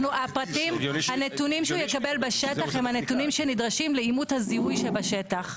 הנתונים שהוא יקבל בשטח הם הנתונים שנדרשים לאימות הזיהוי שבשטח,